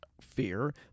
fear